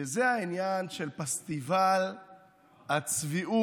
וזה העניין של פסטיבל הצביעות